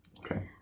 Okay